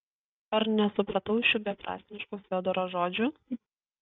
ar nesupratau šių beprasmiškų fiodoro žodžių